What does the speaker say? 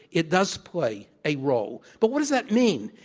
it does play a role. but what does that mean?